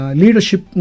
leadership